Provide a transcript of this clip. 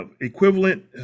equivalent